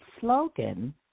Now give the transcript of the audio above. slogan